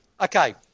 Okay